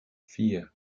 vier